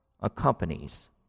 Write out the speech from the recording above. accompanies